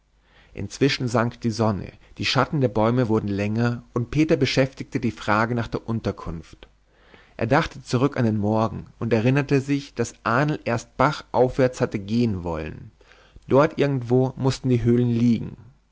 inzwischen sank die sonne die schatten der bäume wurden länger und peter beschäftigte die frage nach der unterkunft er dachte zurück an den morgen und erinnerte sich daß die ahnl erst bachaufwärts hatte gehen wollen dort irgendwo mußten die höhlen liegen